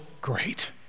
great